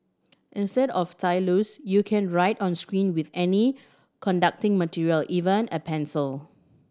instead of stylus you can write on screen with any conducting material even a pencil